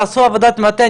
תעשו עבודת מטה,